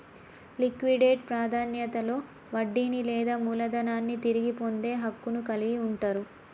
liquidate ప్రాధాన్యతలో వడ్డీని లేదా మూలధనాన్ని తిరిగి పొందే హక్కును కలిగి ఉంటరు